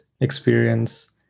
experience